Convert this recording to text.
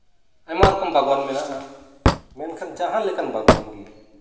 ᱟᱭᱢᱟ ᱨᱚᱠᱚᱢ ᱵᱟᱜᱽᱣᱟᱱ ᱢᱮᱱᱟᱜᱼᱟ ᱢᱮᱱᱠᱷᱟᱱ ᱡᱟᱦᱟᱸ ᱞᱮᱠᱟᱱ ᱵᱟᱜᱽᱣᱟᱱ ᱜᱮ